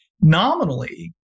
nominally